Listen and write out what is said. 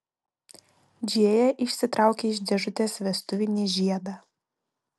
džėja išsitraukė iš dėžutės vestuvinį žiedą